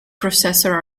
processor